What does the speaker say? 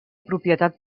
propietat